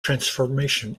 transformation